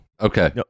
okay